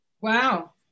Wow